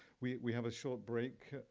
we we have a short break,